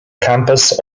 campus